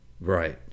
Right